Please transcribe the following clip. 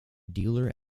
dealer